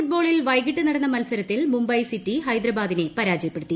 ഫുട്ബോളിൽ വൈകിട്ട് നടന്ന മത്സരത്തിൽ മുംബൈ സിറ്റി ഹൈദരബാദിനെ പരാജയപ്പെടുത്തി